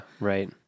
right